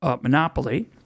monopoly